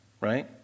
right